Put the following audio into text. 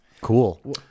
Cool